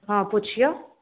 हँ पुछिऔ